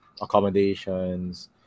accommodations